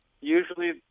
Usually